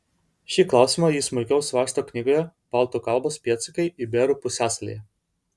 šį klausimą ji smulkiau svarsto knygoje baltų kalbos pėdsakai iberų pusiasalyje